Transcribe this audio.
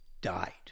died